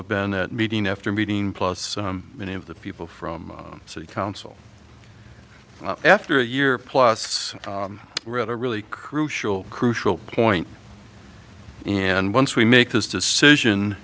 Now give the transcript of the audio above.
have been meeting after meeting plus many of the people from the city council after a year plus wrote a really crucial crucial point and once we make this decision